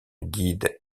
guide